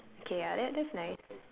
okay ya that that's nice